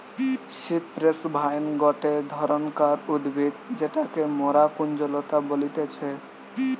cypress vine গটে ধরণকার উদ্ভিদ যেটাকে মরা কুঞ্জলতা বলতিছে